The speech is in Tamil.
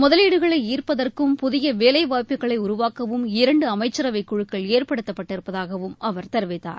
முதலீட்டுகளை ஈர்ப்பதற்கும் புதிய வேலைவாய்ப்புகளை உருவாக்கவும் இரண்டு அமைச்சரவைக் குழுக்கள் ஏற்படுத்தப்பட்டிருப்பதாகவும் அவர் தெரிவித்தார்